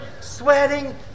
sweating